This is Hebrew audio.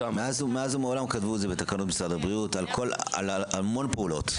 מאז ומעולם כתבו את זה בתקנות משרד הבריאות על המון פעולות.